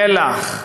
מל"ח,